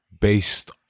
based